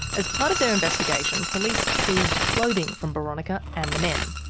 as part of their investigation, police seized clothing from boronika and the men.